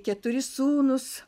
keturi sūnūs